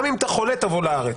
אם אתה חולה תבוא לארץ.